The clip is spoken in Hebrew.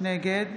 נגד